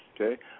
Okay